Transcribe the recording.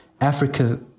Africa